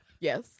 Yes